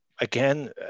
again